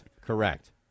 Correct